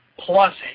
plus